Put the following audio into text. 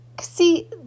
see